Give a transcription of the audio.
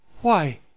Why